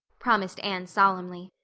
promised anne solemnly.